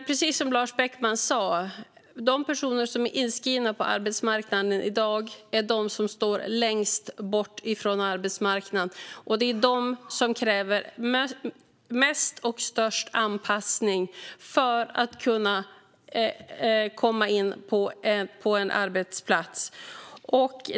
Precis som Lars Beckman sa: De personer som är inskrivna på Arbetsförmedlingen i dag är de som står längst bort från arbetsmarknaden, och det är de som kräver mest och störst anpassning för att kunna komma in på en arbetsplats.